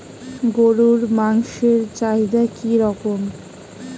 গরুর মাংসের চাহিদা কি রকম?